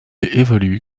évolue